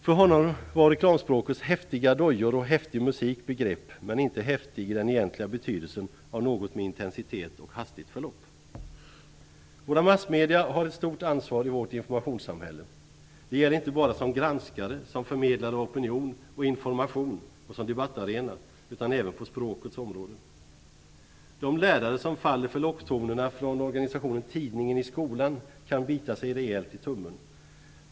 För honom var reklamspråkets "häftiga dojor" och "häftig musik" begrepp, men inte häftig i den egentliga beydelsen av något med intensitet och hastigt förlopp. Våra massmedier har ett stort ansvar i vårt informationssamhälle. Det gäller inte bara som granskare, som förmedlare av opinion och information och som debattarena utan även på språkets område. De lärare som faller för locktonerna från organisationen "Tidningen i skolan" kan dock bita sig rejält i tummen.